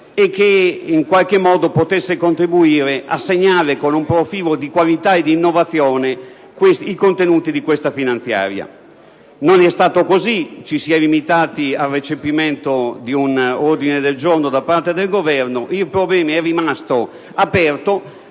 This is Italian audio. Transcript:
potesse vedere la luce, contribuendo a segnare con un profilo di qualità e di innovazione i contenuti di questa finanziaria. Non è stato così. Ci si è limitati al recepimento di un ordine del giorno da parte del Governo. Il problema è rimasto aperto